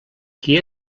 qui